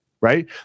Right